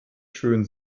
schön